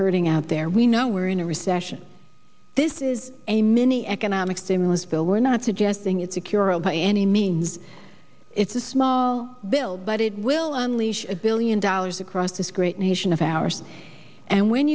hurting out there we know we're in a recession this is a mini economic stimulus bill we're not suggesting it's a cure ok any means it's a small bill but it will unleash a billion dollars across this great nation of ours and when